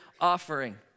offering